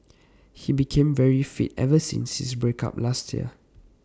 he became very fit ever since his break up last year